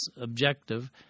objective